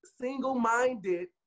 single-minded